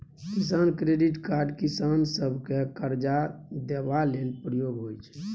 किसान credit card किसान सभकेँ करजा देबा लेल प्रयोग होइ छै